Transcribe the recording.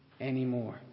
anymore